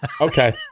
Okay